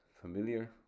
familiar